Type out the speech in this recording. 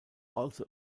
also